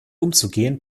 umzugehen